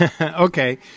Okay